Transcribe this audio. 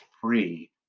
free